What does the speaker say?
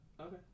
Okay